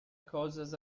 causes